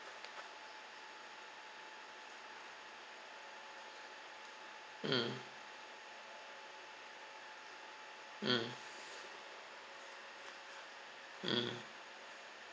mm mm mm